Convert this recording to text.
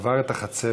עבר את החצבת